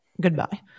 goodbye